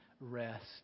rest